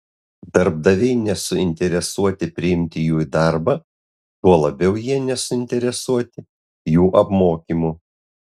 darbdaviai nesuinteresuoti priimti jų į darbą tuo labiau jie nesuinteresuoti jų apmokymu